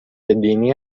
دینی